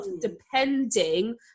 depending